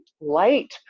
light